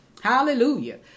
Hallelujah